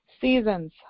seasons